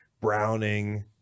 Browning